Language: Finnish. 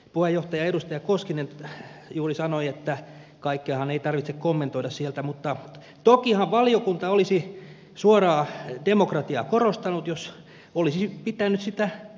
puheenjohtaja edustaja koskinen juuri sanoi että kaikkeahan ei tarvitse kommentoida sieltä mutta tokihan valiokunta olisi suoraa demokratiaa korostanut jos olisi pitänyt sitä tärkeänä